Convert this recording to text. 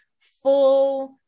full